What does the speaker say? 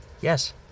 Yes